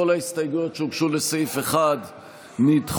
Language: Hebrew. כל ההסתייגויות שהוגשו לסעיף 1 נדחו.